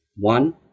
One